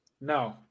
no